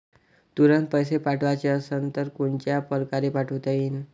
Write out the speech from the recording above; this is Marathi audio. तुरंत पैसे पाठवाचे असन तर कोनच्या परकारे पाठोता येईन?